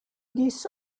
geese